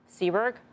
Seberg